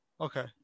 Okay